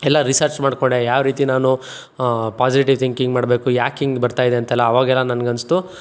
ಎಲ್ಲ ರಿಸರ್ಚ್ ಮಾಡಿಕೊಂಡೆ ಯಾವ ರೀತಿ ನಾನು ಪಾಸಿಟಿವ್ ಥಿಂಕಿಂಗ್ ಮಾಡಬೇಕು ಯಾಕಿಂಗೆ ಬರ್ತಾಯಿದೆ ಅಂತೆಲ್ಲ ಅವಾಗೆಲ್ಲ ನನ್ಗನ್ನಿಸ್ತು